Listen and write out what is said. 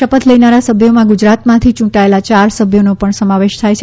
શપથ લેનારા સભ્યોમાં ગુજરાતમાંથી ચૂંટાયેલા ચાર સભ્યોનો પણ સમાવેશ થાય છે